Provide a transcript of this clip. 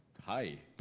hi.